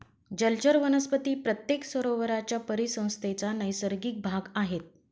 जलचर वनस्पती प्रत्येक सरोवराच्या परिसंस्थेचा नैसर्गिक भाग आहेत